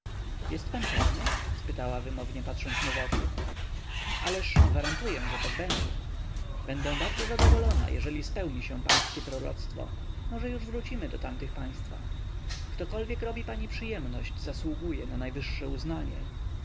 jest pan pewny spytała wymownie patrząc mu w oczy ależ gwarantuję że tak będzie będę bardzo zadowolona jeżeli spełni się pańskie proroctwo może już wrócimy do tamtych państwa ktokolwiek robi pani przyjemność zasługuje na najwyższe uznanie